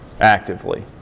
actively